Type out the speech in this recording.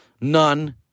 none